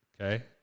Okay